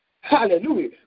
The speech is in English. hallelujah